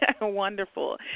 Wonderful